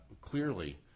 clearly